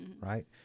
right